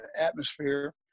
atmosphere